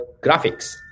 graphics